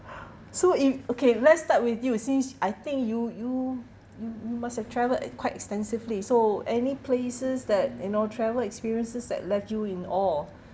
so i~ okay let's start with you since I think you you you you must have travelled uh quite extensively so any places that you know travel experiences that left you in awe